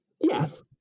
yes